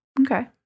Okay